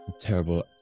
Terrible